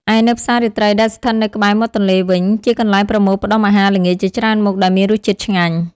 ឯនៅផ្សាររាត្រីដែលស្ថិតនៅក្បែរមាត់ទន្លេវិញ ជាកន្លែងប្រមូលផ្តុំអាហារល្ងាចជាច្រើនមុខដែលមានរសជាតិឆ្ងាញ់ ។